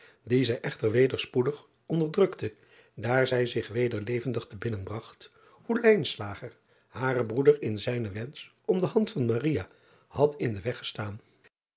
dien zij echter weder spoedig onderdrukte daar zij zich weder levendig te binnen bragt hoe haren broeder in zijnen wensch om de hand van had in den weg gestaan